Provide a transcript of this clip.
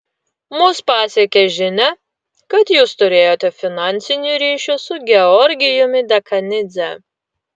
mus pasiekė žinia kad jūs turėjote finansinių ryšių su georgijumi dekanidze